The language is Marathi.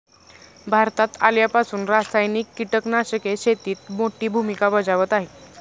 भारतात आल्यापासून रासायनिक कीटकनाशके शेतीत मोठी भूमिका बजावत आहेत